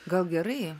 gal gerai